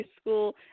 school